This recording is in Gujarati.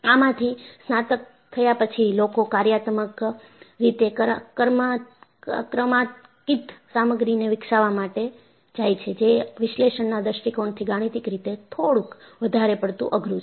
આમાંથી સ્નાતક થયા પછી લોકો કાર્યાત્મક રીતે ક્રમાંકિત સામગ્રી ને વિકસાવવા માટે જાય છે જે વિશ્લેષણના દૃષ્ટિકોણથી ગાણિતિક રીતે થોડુક વધારે પડતું અઘરુ છે